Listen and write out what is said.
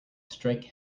strike